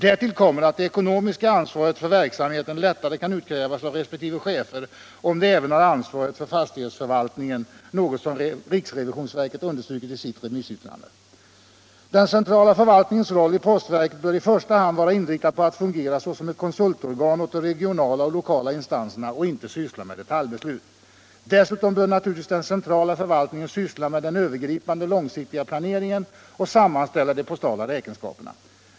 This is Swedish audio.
Därtill kommer att det ekonomiska ansvaret för verksamheten lättare kan utkrävas av resp. chefer, om de även har ansvaret för fastighetsförvaltningen, något som riksrevisionsverket understrukit i sitt remissyttrande. Den centrala förvaltningens roll i postverket bör i första hand vara inriktad på att fungera såsom ett konsultorgan åt de regionala och lokala instanserna och icke syssla med detaljbeslut. Dessutom bör naturligtvis den centrala förvaltningen syssla med den övergripande långsiktiga planeringen och sammanställa de postala räkenskaperna.